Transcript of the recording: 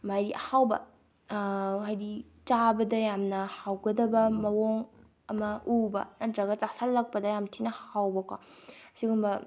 ꯃꯥꯒꯤ ꯑꯍꯥꯎꯕ ꯍꯥꯏꯗꯤ ꯆꯥꯕꯗ ꯌꯥꯝꯅ ꯍꯥꯎꯒꯗꯕ ꯃꯑꯣꯡ ꯑꯃ ꯎꯕ ꯅꯠꯇ꯭ꯔꯒ ꯆꯥꯁꯤꯜꯂꯛꯄꯗ ꯌꯥꯝꯊꯤꯅ ꯍꯥꯎꯕꯀꯣ ꯑꯁꯤꯒꯨꯝꯕ